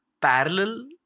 parallel